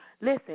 Listen